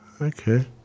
Okay